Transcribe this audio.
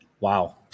Wow